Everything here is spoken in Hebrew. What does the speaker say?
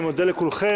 אני מודה לכולכם.